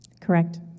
Correct